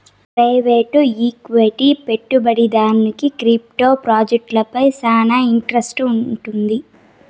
private equity పెట్టుబడిదారుడికి crypto ప్రాజెక్టులపై శానా ఇంట్రెస్ట్ వుండాది